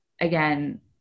again